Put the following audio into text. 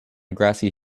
grassy